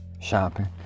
shopping